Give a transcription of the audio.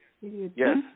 Yes